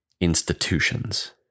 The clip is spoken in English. institutions